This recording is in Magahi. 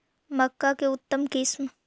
मक्का के उतम किस्म?